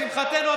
לשמחתנו,